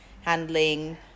handling